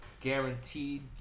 Guaranteed